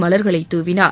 மலர்களை தூவினார்